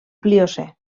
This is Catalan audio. pliocè